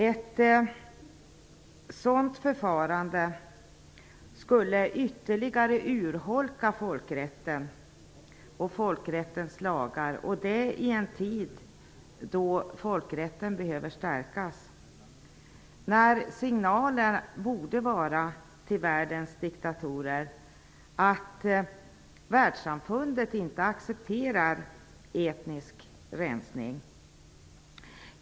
Ett sådant förfarande skulle ytterligare urholka folkrätten och folkrättens lagar, och det i en tid då folkrätten behöver stärkas. Signalen till världens diktatorer borde vara att världssamfundet inte accepterar etnisk rensning.